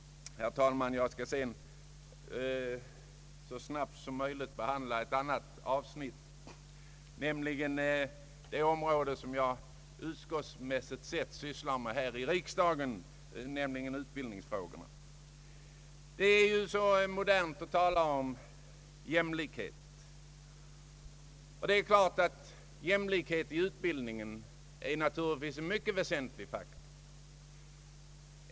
Herr talman! Jag skall sedan så snabbt som möjligt behandla ett annat område, som jag sysslar med i mitt utskottsarbete här i riksdagen, nämligen utbildningsfrågorna. Det är modernt att tala om jämlikhet. Jämlikhet i utbildningen är naturligtvis en mycket väsentlig faktor.